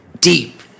deep